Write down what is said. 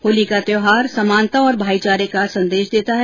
होली का त्यौहार समानता और भाईचारे का संदेश देता है